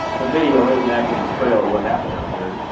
the video is an accurate portrayal of what happened out there, isn't